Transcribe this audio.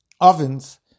ovens